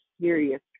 serious